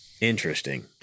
interesting